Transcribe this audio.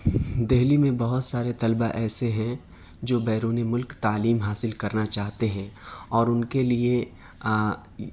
دہلی میں بہت سارے طلباء ایسے ہیں جو بیرون ملک تعلیم حاصل کرنا چاہتے ہیں اور ان کے لیے